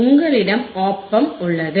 உங்களிடம் OP Amps உள்ளது